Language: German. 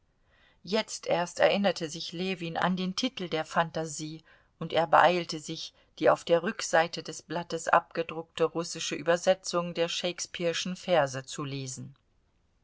jetzt erst erinnerte sich ljewin an den titel der phantasie und er beeilte sich die auf der rückseite des blattes abgedruckte russische übersetzung der shakespeareschen verse zu lesen